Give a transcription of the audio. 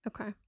Okay